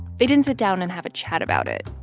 they didn't sit down and have a chat about it.